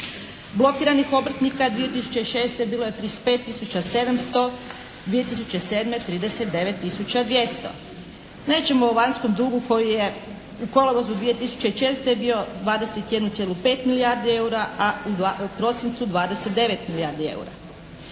Blokiranih obrtnika 2006. bilo je 35 tisuća 700, 2007. 39 tisuća 200. Nećemo o vanjskom dugu koji je u kolovozu 2004. bio 21,5 milijardi eura, a u prosincu 29 milijardi eura.